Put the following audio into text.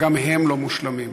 גם הם לא מושלמים,